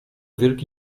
wielki